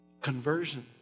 Conversion